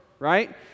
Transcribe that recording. right